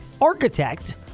architect